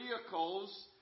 vehicles